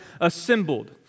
assembled